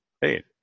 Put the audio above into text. hey